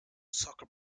soccer